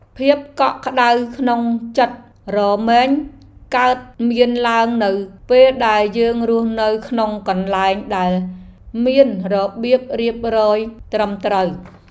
ភាពកក់ក្តៅក្នុងចិត្តរមែងកើតមានឡើងនៅពេលដែលយើងរស់នៅក្នុងកន្លែងដែលមានរបៀបរៀបរយត្រឹមត្រូវ។